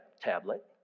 tablet